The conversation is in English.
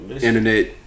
internet